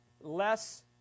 less